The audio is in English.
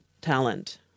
talent